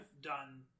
done